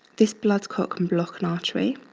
this blood clot can block an artery